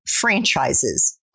franchises